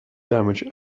damage